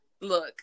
look